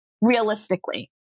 realistically